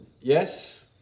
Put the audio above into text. Yes